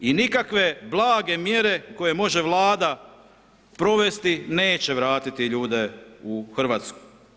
I nikakve blage mjere koje može Vlada provesti neće vratiti ljude u Hrvatsku.